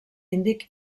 índic